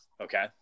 okay